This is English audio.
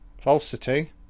falsity